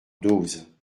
dose